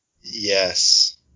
yes